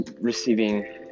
receiving